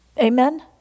Amen